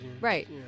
right